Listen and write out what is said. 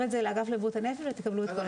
את זה לאגף לבריאות הנפש ותקבלו את כל התשובות.